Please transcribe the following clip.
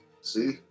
See